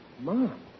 Mom